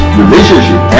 relationship